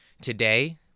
today